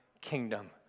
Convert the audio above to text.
kingdom